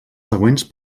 següents